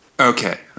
Okay